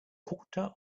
quarter